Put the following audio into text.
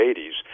80s